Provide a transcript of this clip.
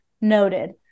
noted